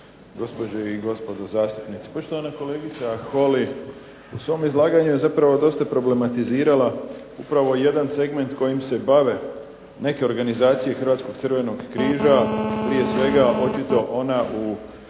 gospođe i gospodo zastupnici. Poštovana kolegica Holy u svom izlaganju je zapravo dosta problematizirala upravo jedan segment kojim se bave neke organizacije Hrvatskog crvenog križa, prije svega očito ona u Osijeku